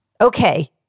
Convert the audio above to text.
Okay